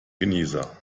genießer